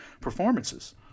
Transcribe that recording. performances